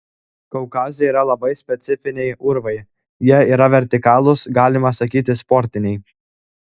kaukaze yra labai specifiniai urvai jie yra vertikalūs galima sakyti sportiniai